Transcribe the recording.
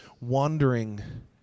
wandering